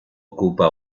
ocupa